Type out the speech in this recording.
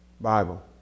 Bible